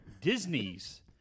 Disney's